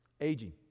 aging